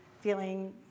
feeling